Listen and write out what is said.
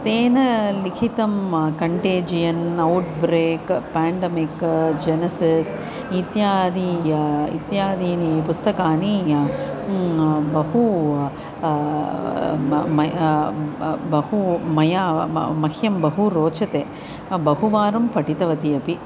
तेन लिखितं contagion outbreak pandemic जनसेस् इत्यादि इत्यादीनि पुस्तकानि बहु म मय् बहु मया म मह्यं बहु रोचते बहुवारं पठितवती अपि